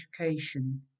education